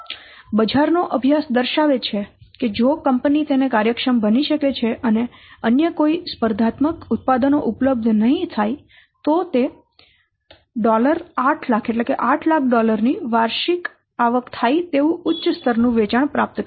બજાર નો અભ્યાસ દર્શાવે છે કે જો કંપની તેને કાર્યક્ષમ બની શકે છે અને અન્ય કોઈ સ્પર્ધાત્મક ઉત્પાદનો ઉપલબ્ધ નહીં થાય તો તે 800000 ની વાર્ષિક આવક થાય તેવું ઉચ્ચ સ્તર નું વેચાણ પ્રાપ્ત કરશે